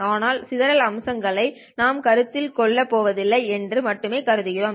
ஆனால் சிதறல் அம்சங்கள் நாம் கருத்தில் கொள்ளப் போவதில்லை என்று மட்டுமே கருதுகிறோம்